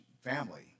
family